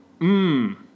Mmm